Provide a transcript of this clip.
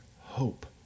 hope